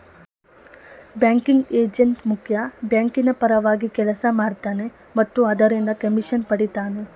banking agent ಮುಖ್ಯ ಬ್ಯಾಂಕಿನ ಪರವಾಗಿ ಕೆಲಸ ಮಾಡ್ತನೆ ಮತ್ತು ಅದರಿಂದ ಕಮಿಷನ್ ಪಡಿತನೆ